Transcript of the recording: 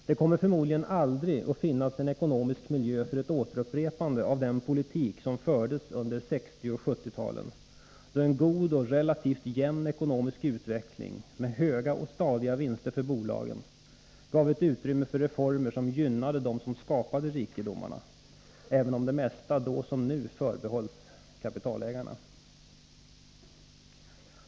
Det kommer förmodligen aldrig att finnas en ekonomisk miljö för återupprepande av den politik som fördes under 1960 och 1970-talen, då en god och relativt jämn ekonomisk utveckling med höga och stadiga vinster för bolagen gav ett utrymme för reformer som gynnade dem som skapade rikedomarna, även om det mesta då som nu förbehölls kapitalägarna.